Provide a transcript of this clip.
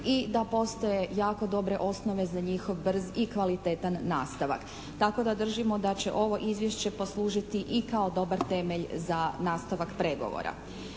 i da postoje jako dobre osnove za njihov brz i kvalitetan nastavak. Tako da držimo da će ovo izvješće poslužiti i kao dobar temelj za nastavak pregovora.